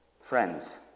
Friends